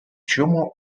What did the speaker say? чому